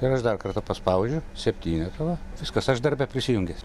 ir aš dar kartą paspaudžiu septynetą viskas aš darbe prisijungęs